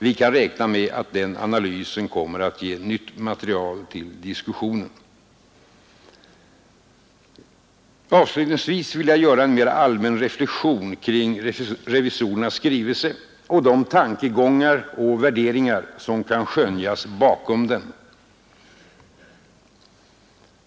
Vi kan räkna med att den analysen kommer att ge nytt material till diskussionen. Avslutningsvis vill jag göra en mera allmän reflexion kring revisorernas skrivelse och de tankegångar och värderingar som kan skönjas bakom den.